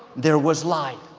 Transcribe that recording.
there was light.